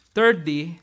Thirdly